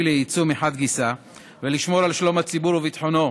ליצוא מחד גיסא ולשמור על שלום הציבור וביטחונו